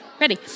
Ready